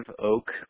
Oak